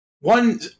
one